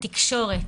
בתקשורת.